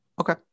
Okay